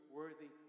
worthy